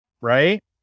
right